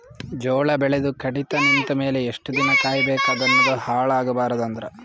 ಜೋಳ ಬೆಳೆದು ಕಡಿತ ನಿಂತ ಮೇಲೆ ಎಷ್ಟು ದಿನ ಕಾಯಿ ಬೇಕು ಅದನ್ನು ಹಾಳು ಆಗಬಾರದು ಅಂದ್ರ?